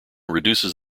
reduces